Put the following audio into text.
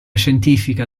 scientifica